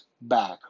back